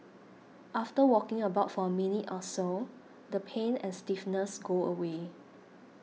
after walking about for a minute or so the pain and stiffness go away